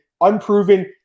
Unproven